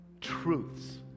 truths